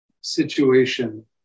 situation